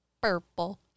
Purple